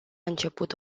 început